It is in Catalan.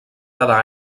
cada